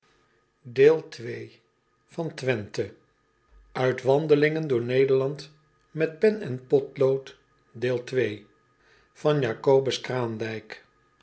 raandijk andelingen door ederland met pen en potlood eel